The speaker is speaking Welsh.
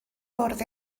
fwrdd